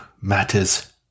matters